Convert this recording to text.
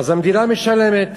אז המדינה משלמת.